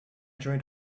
joined